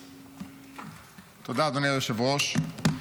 תודה, אדוני היושב-ראש.